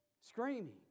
screaming